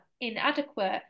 inadequate